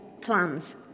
Plans